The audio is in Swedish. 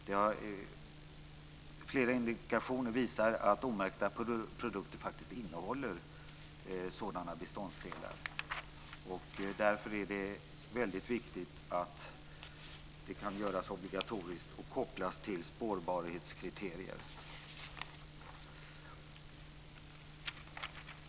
Det finns flera indikationer på att omärkta livsmedelsprodukter faktiskt innehåller genmanipulerade beståndsdelar. Det är därför väldigt viktigt att märkningen görs obligatorisk och kopplas till spårbarhetskriterier.